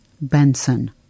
Benson